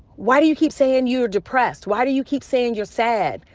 why do you keep saying you're depressed? why do you keep saying you're sad?